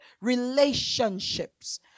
relationships